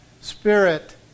spirit